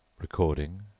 Recording